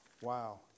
wow